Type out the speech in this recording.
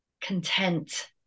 content